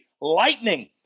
Lightning